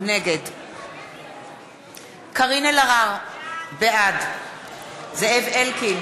נגד קארין אלהרר, בעד זאב אלקין,